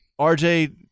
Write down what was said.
RJ